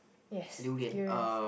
yes durians